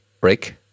break